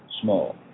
small